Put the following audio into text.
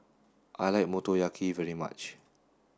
I like Motoyaki very much